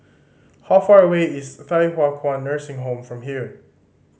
how far away is Thye Hua Kwan Nursing Home from here